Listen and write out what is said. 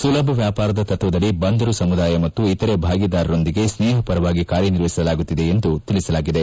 ಸುಲಭ ವ್ಯಾಪಾರದ ತತ್ತದಡಿ ಬಂದರು ಸಮುದಾಯ ಮತ್ತು ಇತರೆ ಭಾಗೀದಾರರೊಂದಿಗೆ ಸ್ನೇಹಪರವಾಗಿ ಕಾರ್ನಿರ್ವಹಿಸಲಾಗುತ್ತಿದೆ ಎಂದು ತಿಳಿಸಿದ್ದಾರೆ